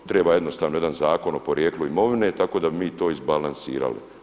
Treba jednostavno jedan zakon o porijeklu imovine tako da bi mi to izbalansirali.